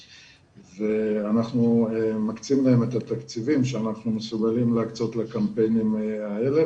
ואנחנו מקצים להם את התקציבים שאנחנו מסוגלים להקצות לקמפיינים האלה.